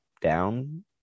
Down